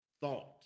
thought